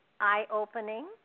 eye-opening